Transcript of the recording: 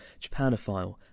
Japanophile